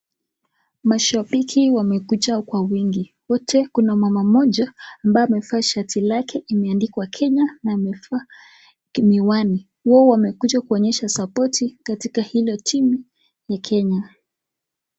Mashabiki wamekuja kwa wingi wote. Kuna mama moja ambaye amevaa shati lake imeandikwa Kenya na amevaa miwani. Wao wamekuja kuonyesha supporti katika hilo timu ya Kenya